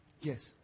Yes